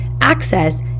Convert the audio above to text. access